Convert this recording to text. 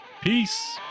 peace